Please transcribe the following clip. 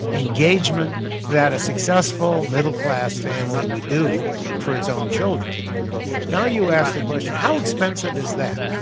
engagement that a successful middle-class family would do for its own children now, you ask the question how expensive is that?